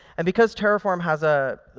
and because terraform has a